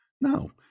No